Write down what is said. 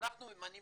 אנחנו ממנים